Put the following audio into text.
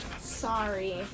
sorry